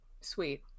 Sweet